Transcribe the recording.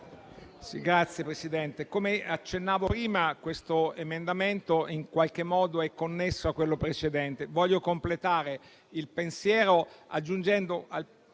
Signor Presidente, come accennavo prima, questo emendamento in qualche modo è connesso a quello precedente. Voglio completare il pensiero aggiungendo